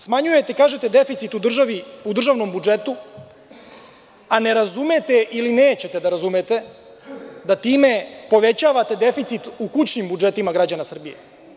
Smanjujete, kažete, deficit u državnom budžetu, a ne razumete ilinećete da razumete da time povećavate deficit u kućnim budžetima građana Srbije.